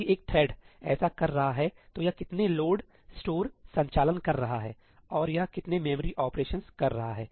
यदि एक थ्रेडऐसा कर रहा है तो यह कितने लोड स्टोर संचालन कर रहा है और यह कितने मेमोरी ऑपरेशन कर रहा है